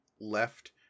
left